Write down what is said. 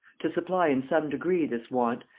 to supply in some degree this want,